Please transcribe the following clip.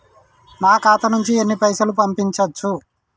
నా ఖాతా నుంచి ఎన్ని పైసలు పంపించచ్చు?